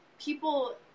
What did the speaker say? people